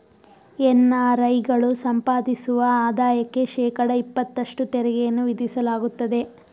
NRI ಗಳು ಸಂಪಾದಿಸುವ ಆದಾಯಕ್ಕೆ ಶೇಕಡ ಇಪತ್ತಷ್ಟು ತೆರಿಗೆಯನ್ನು ವಿಧಿಸಲಾಗುತ್ತದೆ